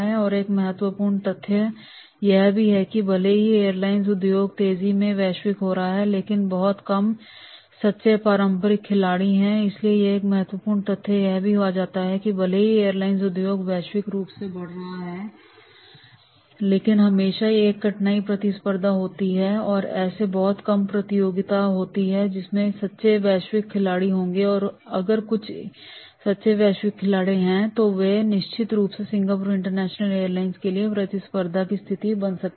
और एक महत्वपूर्ण तथ्य यह भी है कि भले ही एयरलाइन उद्योग तेजी से वैश्विक हो रहा है लेकिन बहुत कम सच्चे पारंपरिक खिलाड़ी हैं इसलिए एक महत्वपूर्ण तथ्य यह भी आता है कि भले ही एयरलाइन उद्योग वैश्विक रूप से बढ़ रहा हो लेकिन हमेशा एक कठिन प्रतिस्पर्धा होती है और ऐसी बहुत कम प्रतियोगिता होती है जिसमें सच्चे वैश्विक खिलाड़ी होंगे और अगर कुछ ही सच्चे वैश्विक खिलाड़ी हैं तो निश्चित रूप से सिंगापुर इंटरनेशनल एयरलाइंस के लिए प्रतिस्पर्धा की स्थिति बन सकती है